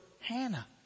Hannah